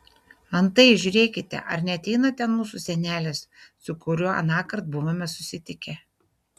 antai žiūrėkite ar neateina ten mūsų senelis su kuriuo anąkart buvome susitikę